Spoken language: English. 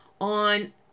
on